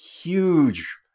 huge